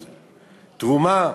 תרומה,